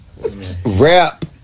Rap